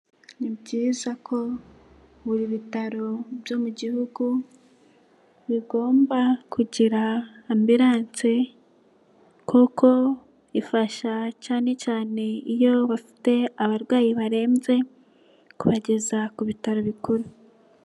Ni byiza ko buri bitaro byo mu gihugu, bigomba kugira ambilance kuko ifasha cyane cyane iyo bafite abarwayi barembye, kubageza ku bitaro bikuru.